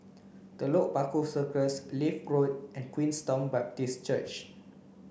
Telok Paku Circus Leith Road and Queenstown Baptist Church